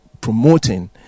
promoting